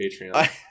Patreon